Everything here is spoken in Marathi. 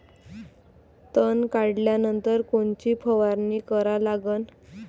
तन काढल्यानंतर कोनची फवारणी करा लागन?